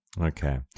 Okay